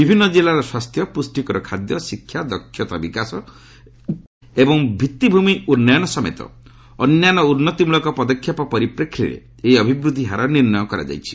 ବିଭିନ୍ନ ଜିଲ୍ଲାର ସ୍ୱାସ୍ଥ୍ୟ ପୁଷ୍ଟିକର ଖାଦ୍ୟ ଶିକ୍ଷା ଦକ୍ଷତା ବିକାଶ ଏବଂ ଭିତ୍ତିଭୂମି ଉନ୍ନୟନ ସମେତ ଅନ୍ୟାନ୍ୟ ଉନ୍ନତିମୂଳକ ପଦକ୍ଷେପ ପରିପ୍ରେକ୍ଷୀରେ ଏହି ଅଭିବୃଦ୍ଧି ହାର ନିର୍ଣ୍ଣୟ କରାଯାଇଛି